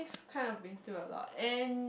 kind of been through a lot and